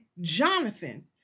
Jonathan